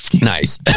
Nice